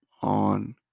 on